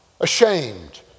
ashamed